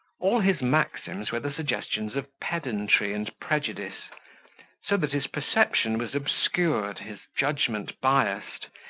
all his maxims were the suggestions of pedantry and prejudice so that his perception was obscured, his judgment biased,